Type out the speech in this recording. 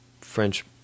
French